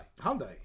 Hyundai